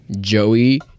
Joey